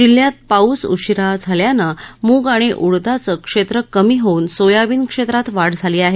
जिल्ह्यात पाऊस उशिरा झाल्यानं मूग आणि उडदाचे क्षेत्र कमी होऊन सोयाबीन क्षेत्रात वाढ झाली आहे